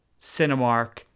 Cinemark